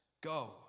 go